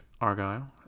Argyle